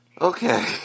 Okay